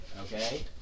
Okay